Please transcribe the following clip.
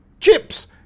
Chips